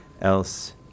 else